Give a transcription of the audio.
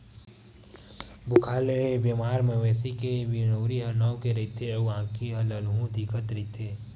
बुखार ले बेमार मवेशी के बिनउरी ह नव गे रहिथे अउ आँखी ह ललहूँ दिखत रहिथे